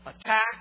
attack